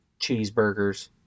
Cheeseburgers